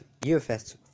UFS